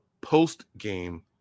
post-game